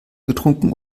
getrunken